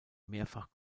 mehrfach